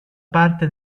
parte